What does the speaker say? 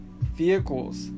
vehicles